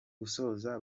gusoza